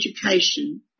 education